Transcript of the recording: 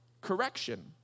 correction